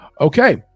Okay